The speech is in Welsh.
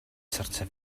sortio